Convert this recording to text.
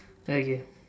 okay